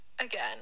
again